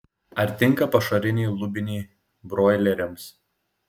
ar tinka pašariniai lubinai broileriams